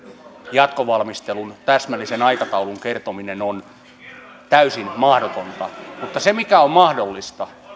jatkovalmistelun täsmällisen aikataulun kertominen täysin mahdotonta mutta se mikä on mahdollista